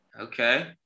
Okay